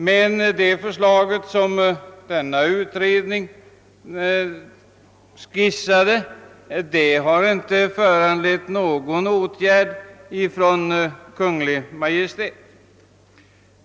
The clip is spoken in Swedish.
Men det av denna utredning skisserade förslaget har inte föranlett någon åtgärd av Kungl. Maj:t.